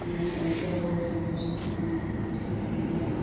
എന്നെ ഏറ്റവും കൂടുതൽ സന്തോഷിപ്പിക്കുന്നത് എൻ്റെ ഫാമിലിയാണ്